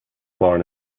born